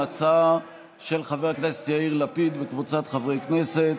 ההצעה של חבר הכנסת יאיר לפיד וקבוצת חברי הכנסת.